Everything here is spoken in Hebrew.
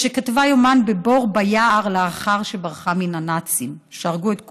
שכתבה יומן בבור ביער לאחר שברחה מן הנאצים שהרגו את כל,